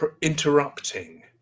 interrupting